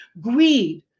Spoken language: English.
greed